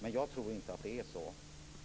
Men jag tror inte att det är så.